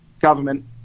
government